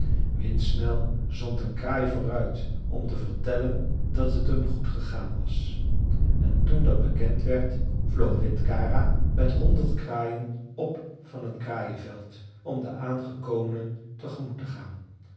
windsnel zond een kraai vooruit om te vertellen dat het hem goed gegaan was en toen dat bekend werd vloog windkara met honderd kraaien op van het kraaienveld om de aankomenden te gemoet te gaan